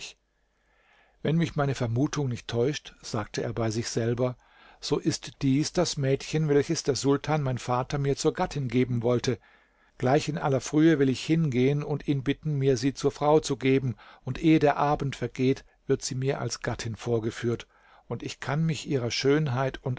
wenn mich meine vermutung nicht täuscht sagte er bei sich selber so ist dies das mädchen welches der sultan mein vater mir zur gattin geben wollte gleich in aller frühe will ich hingehen und ihn bitten mir sie zur frau zu geben und ehe der abend vergeht wird sie mir als gattin vorgeführt und ich kann mich ihrer schönheit